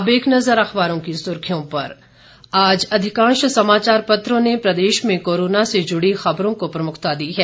अब एक नजर अखबारों की सुर्खियों पर आज अधिकांश समाचार पत्रों ने प्रदेश में कोरोना से जुड़ी खबरों को प्रमुखता दी है